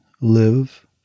Live